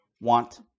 want